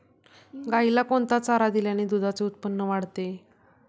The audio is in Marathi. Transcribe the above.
गाईला कोणता चारा दिल्याने दुधाचे उत्पन्न वाढते?